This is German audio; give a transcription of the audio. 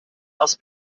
aus